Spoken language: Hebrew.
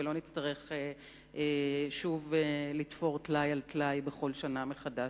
ולא נצטרך שוב לתפור טלאי על טלאי בכל שנה מחדש.